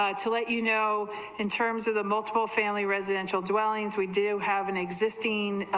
ah to let you know in terms of the multiple family residential dwellings we do have an existing,